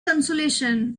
consolation